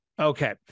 Okay